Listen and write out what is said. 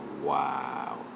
wow